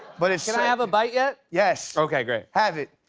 but it's can i have a bite yet? yes. okay, great. have it.